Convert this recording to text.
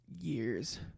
years